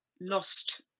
lost